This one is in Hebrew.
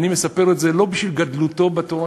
אני מספר את זה לא בשביל לומר את גדלותו בתורה.